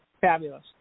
Fabulous